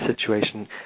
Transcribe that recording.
situation